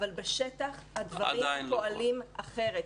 אבל בשטח הדברים פועלים אחרת.